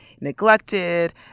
neglected